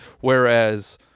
Whereas